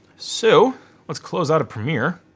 so let's close out of premiere.